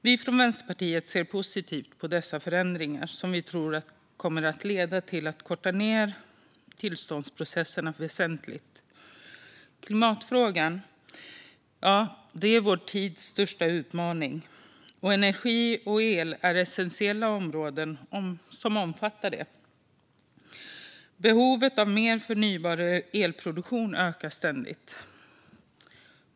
Vi från Vänsterpartiet ser positivt på dessa förändringar, som vi tror kommer att leda till att tillståndsprocesserna kortas ned väsentligt. Klimatfrågan är vår tids största utmaning, och då är energi och el essentiella områden. Behovet av förnybar elproduktion ökar ständigt.